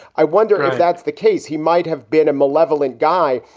i wonder if that's the case. he might have been a malevolent guy,